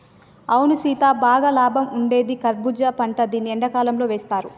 అవును సీత బాగా లాభం ఉండేది కర్బూజా పంట దీన్ని ఎండకాలంతో వేస్తారు